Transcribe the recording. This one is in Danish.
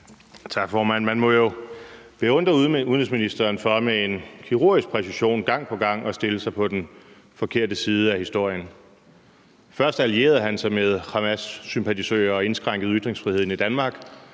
Tak, formand. Man må jo beundre udenrigsministeren for med en kirurgisk præcision gang på gang at stille sig på den forkerte side af historien. Først allierede han sig med Hamassympatisører og indskrænkede ytringsfriheden i Danmark,